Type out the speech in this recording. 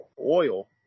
oil